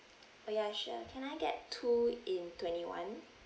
oh ya sure can I get two in twenty one